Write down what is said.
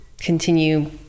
continue